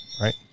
right